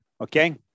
okay